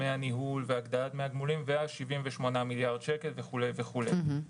מהניהול והגדלת דמי הגמולים ו-78 מיליארד שקל וכולי וכולי.